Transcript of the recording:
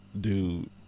dude